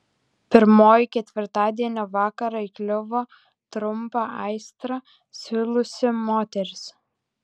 pirmoji ketvirtadienio vakarą įkliuvo trumpą aistrą siūliusi moteris